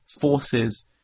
forces